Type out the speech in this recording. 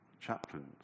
chaplains